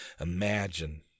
imagine